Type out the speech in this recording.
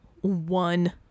one